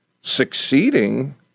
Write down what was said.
succeeding